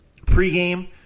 pregame